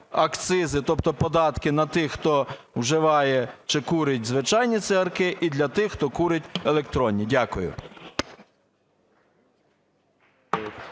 акцизи, тобто податки на тих, хто вживає чи курить звичайні цигарки, і для тих, хто курить електронні? Дякую.